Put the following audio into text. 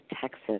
Texas